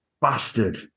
bastard